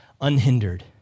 unhindered